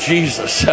Jesus